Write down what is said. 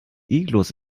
iglus